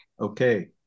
Okay